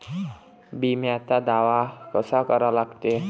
बिम्याचा दावा कसा करा लागते?